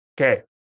Okay